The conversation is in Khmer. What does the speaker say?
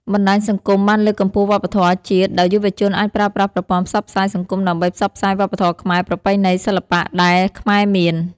បណ្ដាញសង្គមបានលើកកម្ពស់វប្បធម៌ជាតិដោយយុវជនអាចប្រើប្រាស់ប្រព័ន្ធផ្សព្វផ្សាយសង្គមដើម្បីផ្សព្វផ្សាយវប្បធម៌ខ្មែរ ប្រពៃណី សិល្បៈ ដែលខ្មែរមាន។